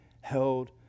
held